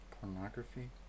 pornography